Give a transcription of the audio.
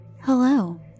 Hello